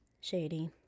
shady